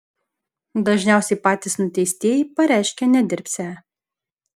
dažniausiai patys nuteistieji pareiškia nedirbsią